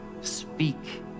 Speak